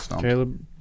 Caleb